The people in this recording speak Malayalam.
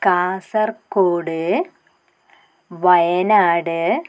കാസർഗോഡ് വയനാട്